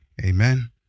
amen